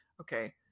okay